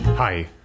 Hi